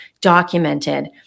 documented